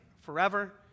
forever